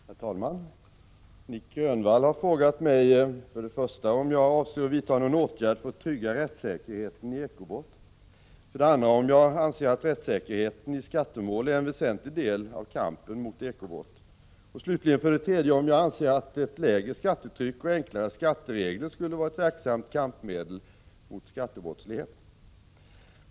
Herr talman! Nic Grönvall har frågat mig för det första om jag avser att vidta någon åtgärd för att trygga rättssäkerheten i eko-brott, för det andra om jag anser att rättssäkerheten i skattemål är en väsentlig del av kampen mot eko-brott och slutligen för det tredje om jag anser att ett lägre skattetryck och enklare skatteregler skulle vara ett verksamt kampmedel mot skattebrottslighet.